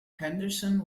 henderson